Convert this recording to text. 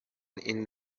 این